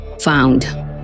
found